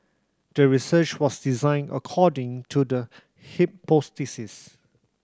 the research was designed according to the hypothesis